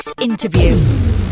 Interview